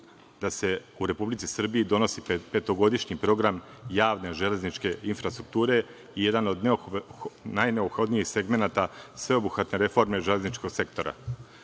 da se u Republici Srbiji donosi petogodišnji program javne železničke infrastrukture i jedan od najneophodnijih segmenata sveobuhvatne reforme železničkog